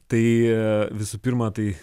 tai visų pirma tai